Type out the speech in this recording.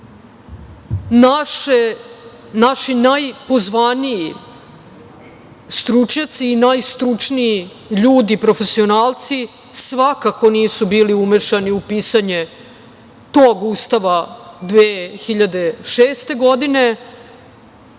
Naši najpozvaniji stručnjaci i najstručniji ljudi profesionalci svakako nisu bili umešani u pisanje tog Ustava 2006. godine.